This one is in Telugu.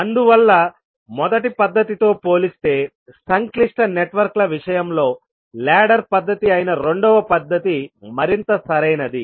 అందువల్ల మొదటి పద్ధతితో పోలిస్తే సంక్లిష్ట నెట్వర్క్ల విషయంలో లాడర్ పద్ధతి అయిన రెండవ పద్ధతి మరింత సరైనది